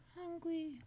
hungry